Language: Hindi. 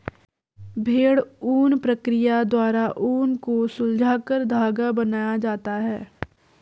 भेड़ ऊन प्रक्रिया द्वारा ऊन को सुलझाकर धागा बनाया जाता है